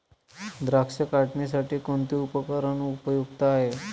द्राक्ष काढणीसाठी कोणते उपकरण उपयुक्त आहे?